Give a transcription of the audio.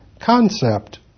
concept